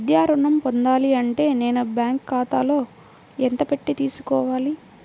విద్యా ఋణం పొందాలి అంటే నేను బ్యాంకు ఖాతాలో ఎంత పెట్టి తీసుకోవాలి?